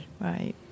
Right